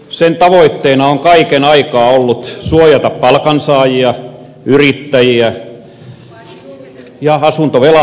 sen tavoitteena on kaiken aikaa ollut suojata palkansaajia yrittäjiä ja asuntovelallisia